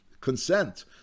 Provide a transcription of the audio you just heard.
consent